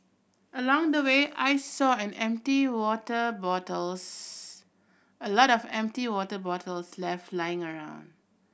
along the way I saw an empty water bottles a lot of empty water bottles left lying around